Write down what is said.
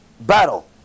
battle